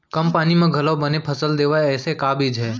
कम पानी मा घलव बने फसल देवय ऐसे का बीज हे?